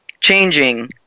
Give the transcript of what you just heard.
changing